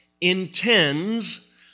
intends